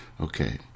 Okay